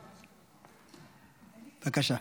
בבקשה.